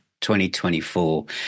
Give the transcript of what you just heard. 2024